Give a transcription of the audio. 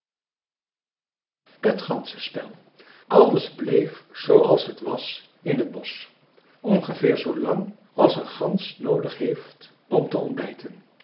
t ganzenspel alles bleef zooals het was in t bosch ongeveer zoo lang als een gans noodig heeft om te ontbijten